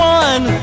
one